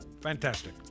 Fantastic